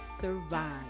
survive